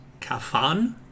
Kafan